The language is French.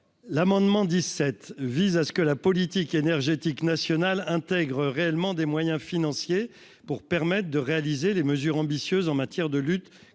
l'amendement dix-sept vise à ce que la politique énergétique nationale intègre réellement des moyens financiers pour permettre de réaliser les mesures ambitieuses en matière de lutte